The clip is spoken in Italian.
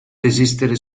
desistere